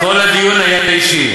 כל הדיון היה אישי.